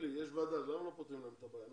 אם יש ועדה, למה לא פותרים להם את הבעיה?